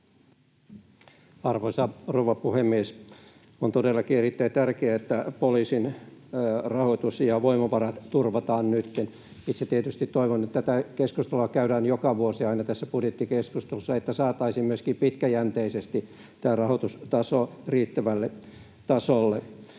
Arvoisa rouva puhemies! On todellakin erittäin tärkeää, että poliisin rahoitus ja voimavarat nytten turvataan. Itse tietysti toivon, että tätä keskustelua käydään joka vuosi aina tässä budjettikeskustelussa, että saataisiin myöskin pitkäjänteisesti tämä rahoitustaso riittävälle tasolle.